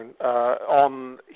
on